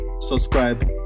subscribe